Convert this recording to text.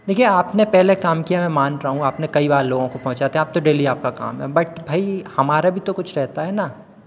देखिए आप ना पहले काम किया है मैं यह मान रहा हूँ आपने कई बार लोगों को पहुँचाते हैं डेली आपका काम है बट भाई हमारा भी तो कुछ रहता है ना